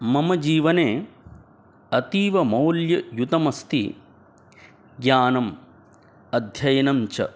मम जीवने अतीव मौल्ययुतमस्ति ज्ञानम् अध्ययनञ्च